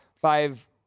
five